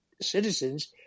citizens